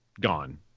gone